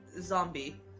zombie